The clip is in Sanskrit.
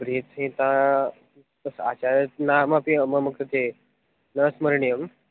बृहत्संहितायाः आचार्यस्य नामपि मम कृते न स्मरणीयम्